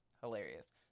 hilarious